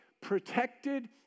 protected